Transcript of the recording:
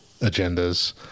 agendas